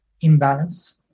imbalance